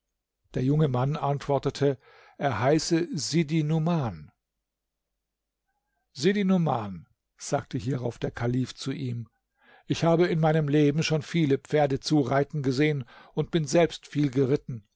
der junge mann antwortete er heiße sidi numan sidi numan sagte hierauf der kalif zu ihm ich habe in meinem leben schon viele pferde zureiten gesehen und bin selbst viel geritten